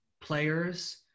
players